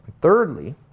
thirdly